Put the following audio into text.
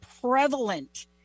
prevalent